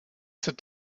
sit